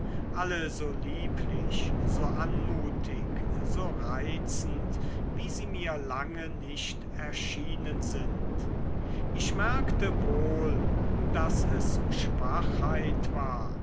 alle so lieblich so anmutig so reizend wie sie mir lange nicht erschienen sind ich merkte wohl daß es schwachheit war